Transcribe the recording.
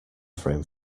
frame